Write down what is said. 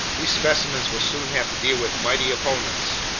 these specimens will soon have to deal with mighty opponents.